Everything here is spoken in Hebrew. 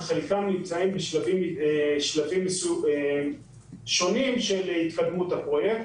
חלקם כבר נמצאים בשלבים שונים של התקדמות הפרויקט.